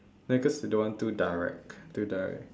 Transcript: ya cause they don't want too direct too direct